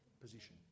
position